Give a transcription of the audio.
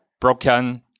broken